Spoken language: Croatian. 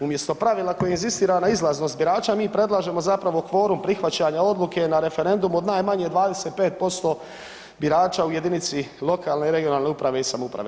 Umjesto pravila koje inzistira na izlaznost birača mi predlažemo zapravo kvorum prihvaćanja odluke na referendum od najmanje 25% birača u jedinici lokalne i regionalne uprave i samouprave.